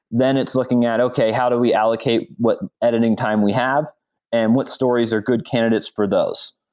then it's looking at, okay, how do we allocate what editing time we have and what stories are good candidates for those?